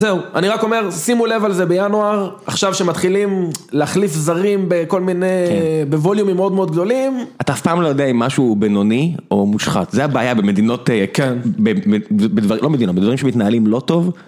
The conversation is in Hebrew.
אני רק אומר שימו לב על זה בינואר, עכשיו שמתחילים להחליף זרים בכל מיני, בווליומים מאוד מאוד גדולים. אתה אף פעם לא יודע אם משהו הוא בינוני או מושחת, זה הבעיה במדינות, לא מדינות, מדינות שמתנהלים לא טוב.